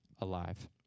alive